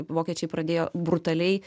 vokiečiai pradėjo brutaliai